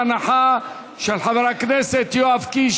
של חברי הכנסת יואב קיש,